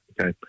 okay